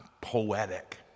poetic